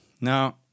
Now